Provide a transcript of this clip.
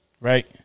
Right